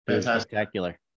spectacular